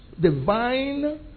divine